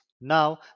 now